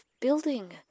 building